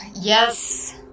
Yes